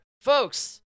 Folks